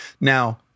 Now